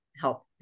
help